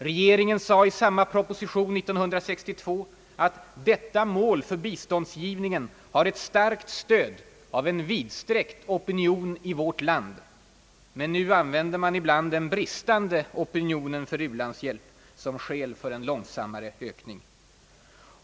Regeringen sade i samma proposition 1962, att »detta mål för biståndsgivningen har ett starkt stöd av en vidsträckt opinion i vårt land» — men nu använder man ibland den bristande opinionen för u-landshjälp som skäl för en långsammare ökning.